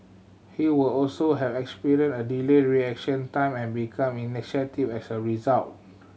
he would also have experienced a delayed reaction time and become initiative as a result